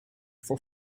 for